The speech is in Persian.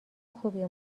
خوبیه